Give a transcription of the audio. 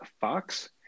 Fox